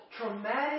traumatic